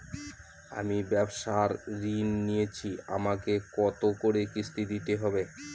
আমি ব্যবসার ঋণ নিয়েছি আমাকে কত করে কিস্তি দিতে হবে?